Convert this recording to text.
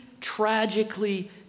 tragically